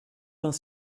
vingt